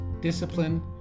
discipline